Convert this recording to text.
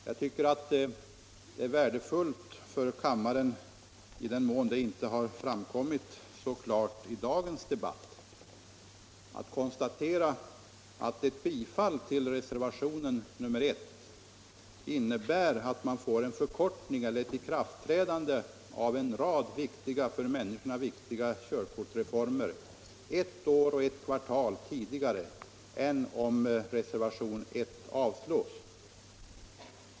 Jag tycker det är värdefullt för kammaren — i den mån det inte har framkommit så klart i dagens debatt — att konstatera att vid bifall till reservationen nr I kommer ikraftträdandet av en rad för människorna viktiga körkortsreformer att ske ett år och ett kvartal tidigare än om reservationen 1 avslås.